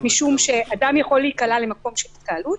משום שאדם יכול להיקלע למקום של התקהלות,